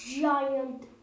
giant